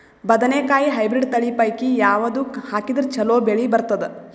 ಬದನೆಕಾಯಿ ಹೈಬ್ರಿಡ್ ತಳಿ ಪೈಕಿ ಯಾವದು ಹಾಕಿದರ ಚಲೋ ಬೆಳಿ ಬರತದ?